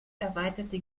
erweiterte